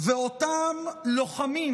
ואותם לוחמים